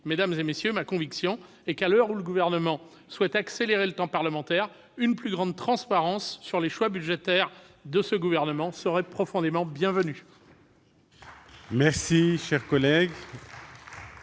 Mes chers collègues, ma conviction est que, à l'heure où le Gouvernement souhaite accélérer le temps parlementaire, une plus grande transparence sur ses choix budgétaires serait profondément bienvenue.